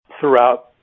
throughout